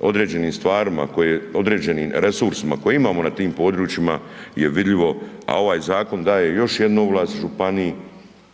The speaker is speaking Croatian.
određenim stvarima koje, određenim resursima koje imamo na tim područjima je vidljivo, a ovaj zakon daje još jednu ovlast županiji,